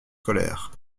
scolaires